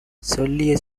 சொல்லிய